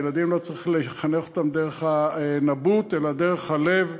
ילדים, לא צריך לחנך אותם דרך הנבוט, אלא דרך הלב,